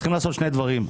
צריכים לעשות שני דברים.